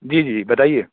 جی جی بتائیے